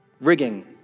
rigging